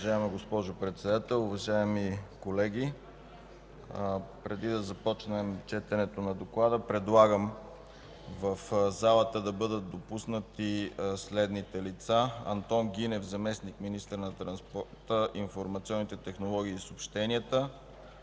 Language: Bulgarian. Уважаема госпожо Председател, уважаеми колеги, преди да започнем четенето на доклада, предлагам в залата да бъдат допуснати следните лица: Антон Гинев – заместник-министър на транспорта, информационните технологии и съобщенията,